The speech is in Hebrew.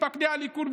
מתפקדי הליכוד,